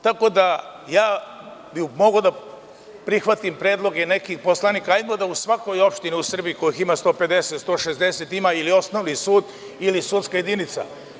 Tako da, mogao bih da prihvatim predlog i nekih poslanika – hajmo da svaka opština u Srbiji, kojih ima 150-160, ima ili osnovni sud ili sudsku jedinicu.